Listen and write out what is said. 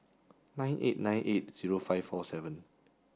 nine eight nine eight zero five four seven